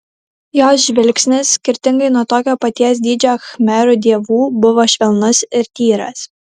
jos žvilgsnis skirtingai nuo tokio paties dydžio khmerų dievų buvo švelnus ir tyras